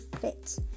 fit